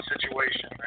situation